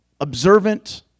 observant